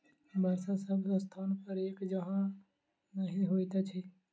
वर्षा सभ स्थानपर एक जकाँ नहि होइत अछि